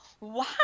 wow